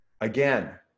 again